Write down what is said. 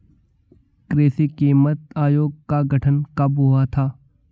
कृषि कीमत आयोग का गठन कब हुआ था?